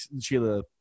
Sheila